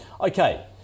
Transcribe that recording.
Okay